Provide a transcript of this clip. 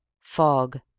Fog